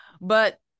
But-